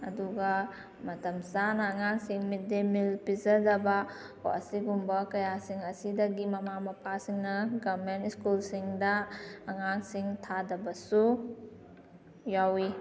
ꯑꯗꯨꯒ ꯃꯇꯝ ꯆꯥꯅ ꯑꯉꯥꯡꯁꯤꯡ ꯃꯤꯗ ꯗꯦ ꯃꯤꯜ ꯄꯤꯗꯕ ꯀꯣ ꯑꯁꯤꯒꯨꯝꯕ ꯀꯌꯥꯁꯤꯡ ꯑꯁꯤꯗꯒꯤ ꯃꯃꯥ ꯃꯄꯥꯁꯤꯡꯅ ꯒꯚꯔꯟꯃꯦꯟꯠ ꯁ꯭ꯀꯨꯜꯁꯤꯡꯗ ꯑꯉꯥꯡꯁꯤꯡ ꯊꯥꯗꯕꯁꯨ ꯌꯥꯎꯋꯤ